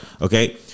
Okay